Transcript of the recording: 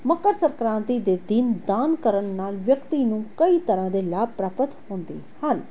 ਮਕਰ ਸੰਕ੍ਰਾਂਤੀ ਦੇ ਦਿਨ ਦਾਨ ਕਰਨ ਨਾਲ਼ ਵਿਅਕਤੀ ਨੂੰ ਕਈ ਤਰ੍ਹਾਂ ਦੇ ਲਾਭ ਪ੍ਰਾਪਤ ਹੁੰਦੇ ਹਨ